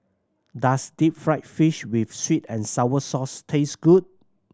does deep fried fish with sweet and sour sauce taste good